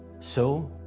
so,